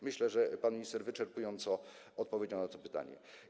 Myślę, że pan minister wyczerpująco odpowiedział na to pytanie.